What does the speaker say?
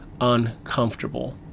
uncomfortable